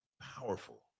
powerful